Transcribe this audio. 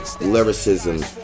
lyricism